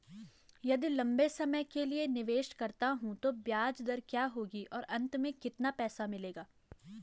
यदि लंबे समय के लिए निवेश करता हूँ तो ब्याज दर क्या होगी और अंत में कितना पैसा मिलेगा?